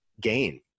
gain